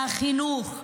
והחינוך והעבודה,